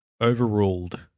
overruled